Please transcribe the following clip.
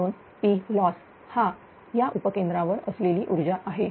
म्हणून Plossहा उपकेंद्रा वर असलेली उर्जा आहे